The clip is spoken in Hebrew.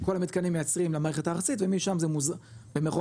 כל המתקנים מייצרים למערכת הארצית ומשם זה מוזרם.